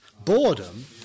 Boredom